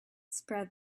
spread